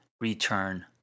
return